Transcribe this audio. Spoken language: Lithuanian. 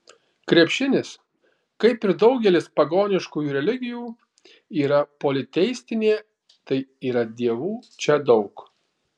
krepšinis kaip ir daugelis pagoniškųjų religijų yra politeistinė tai yra dievų čia daug